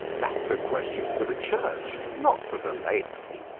that's a question for the church, not for the laity.